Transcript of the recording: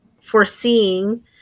foreseeing